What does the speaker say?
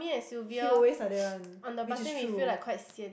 he always like that one which is true